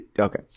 Okay